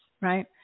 right